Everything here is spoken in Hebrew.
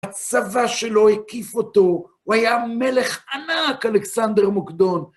הצבא שלו הקיף אותו, הוא היה מלך ענק, אלכסנדר מוקדון.